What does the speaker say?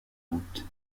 route